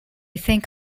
think